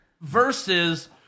versus